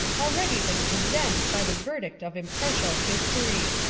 already been condemned by the ver dict of impartial history.